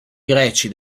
greci